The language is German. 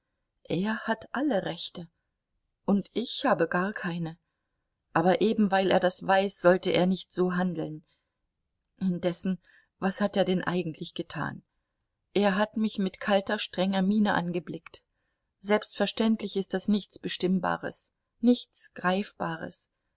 er hat alle rechte und ich habe gar keine aber eben weil er das weiß sollte er nicht so handeln indessen was hat er denn eigentlich getan er hat mich mit kalter strenger miene angeblickt selbstverständlich ist das nichts bestimmbares nichts greifbares